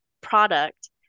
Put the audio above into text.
product